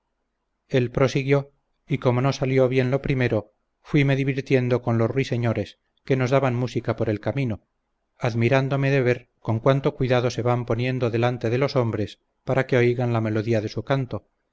el prosiguió y como no salió bien lo primero fuime divirtiendo con los ruiseñores que nos daban música por el camino admirandome de ver con cuánto cuidado se van poniendo delante de los hombres para que oigan la melodía de su canto